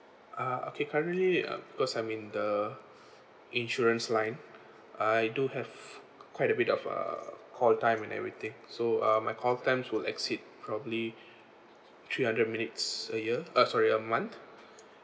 ah okay currently uh because I'm in the insurance line I do have quite a bit of uh call time and everything so uh my call times would exceed probably three hundred minutes a year uh sorry a month